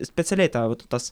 specialiai tau tas